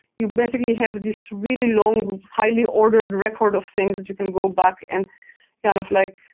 you basically have this really long, highly ordered record of things that you can go back and kind of like,